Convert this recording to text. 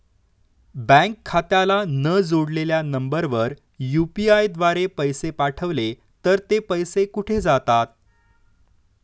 Bank खात्याला न जोडलेल्या नंबरवर यु.पी.आय द्वारे पैसे पाठवले तर ते पैसे कुठे जातात?